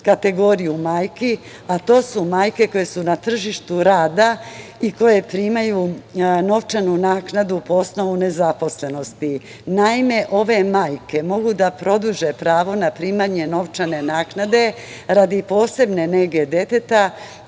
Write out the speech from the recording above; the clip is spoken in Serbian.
kategoriju majku, a to su majke koje su na tržištu rada i koje primaju novčanu naknadu po osnovu nezaposlenosti. Naime, ove majke mogu da produže pravo na primanje novčane naknade radi posebne nege deteta